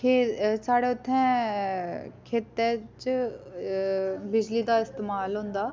खेत साढ़े उत्थें खेत्तें च बिजली दा इस्तमाल होंदा